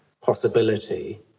possibility